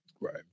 Right